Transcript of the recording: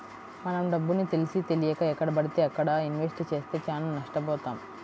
మనం డబ్బుని తెలిసీతెలియక ఎక్కడబడితే అక్కడ ఇన్వెస్ట్ చేస్తే చానా నష్టబోతాం